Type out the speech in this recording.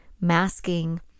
masking